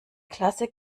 klasse